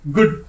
Good